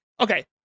okay